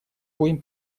будем